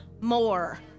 more